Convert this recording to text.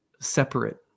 separate